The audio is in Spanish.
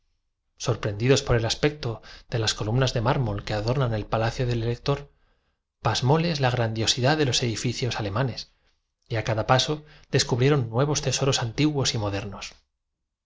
sorprendidos por el aspecto de las sonaje columnas de mármol que adornan el palacio del elector pasmóles la no señorcontestó el asentista dándome las gracias con un ade grandiosidad de los edificios alemanes y a cada paso descubrieron mán de cortesía y haciendo con la cabeza una señal a los comensales nuevos tesoros antiguos y modernos